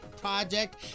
project